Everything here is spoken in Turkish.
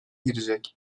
girecek